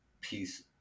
piece